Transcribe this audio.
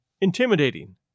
intimidating